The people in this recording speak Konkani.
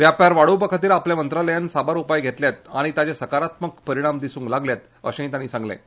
व्यापार वाडपा खातीर आपल्या मंत्रालयान साबार उपाय घेतल्यात आनी ताचे साकारात्मक परिणाम दिसूंक लागल्यांत अर्शेय तांणी सांगलें